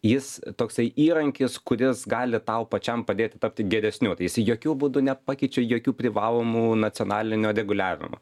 jis toksai įrankis kuris gali tau pačiam padėti tapti geresniu tai jisai jokiu būdu nepakeičia jokių privalomų nacionalinių reguliavimų